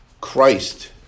Christ